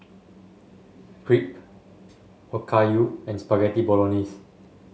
Crepe Okayu and Spaghetti Bolognese